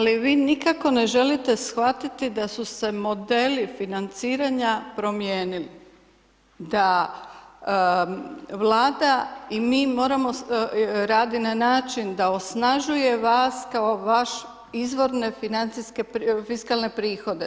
Ali vi nikako ne želite shvatiti da su modeli financiranja promijenili, da Vlada i mi moramo, radi na način da osnažuje vas kao vaš izvorne financijske, fiskalne prihode.